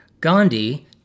Gandhi